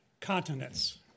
continents